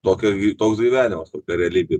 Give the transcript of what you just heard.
tokio irgi toks gyvenimas tokia realybė